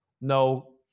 no